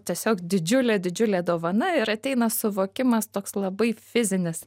tiesiog didžiulė didžiulė dovana ir ateina suvokimas toks labai fizinis